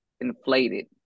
Inflated